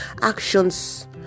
actions